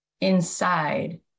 inside